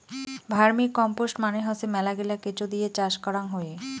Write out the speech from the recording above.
vermicompost মানে হসে মেলাগিলা কেঁচো দিয়ে চাষ করাং হই